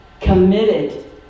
committed